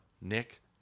nick